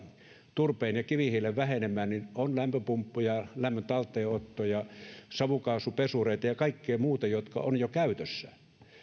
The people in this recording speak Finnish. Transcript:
turpeen ja kivihiilen vähenemän on lämpöpumppuja lämmön talteenottoja savukaasupesureita ja kaikkia muita jotka ovat jo käytössä